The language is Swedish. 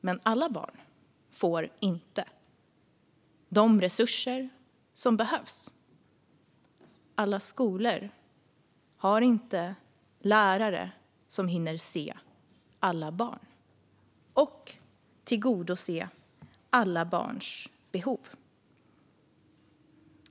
Men alla barn får inte de resurser som behövs. Alla skolor har inte lärare som hinner se alla barn och tillgodose alla barns behov.